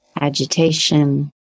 Agitation